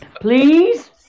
Please